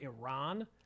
Iran